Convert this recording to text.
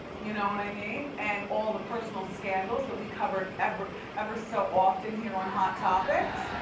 you know what i mean? and all the personal scandals that we covered ever ever so often here on hot topics.